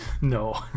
No